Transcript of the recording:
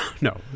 no